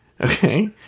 Okay